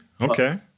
Okay